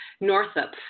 Northup